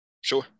Sure